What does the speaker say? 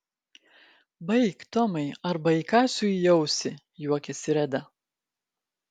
baik tomai arba įkąsiu į ausį juokėsi reda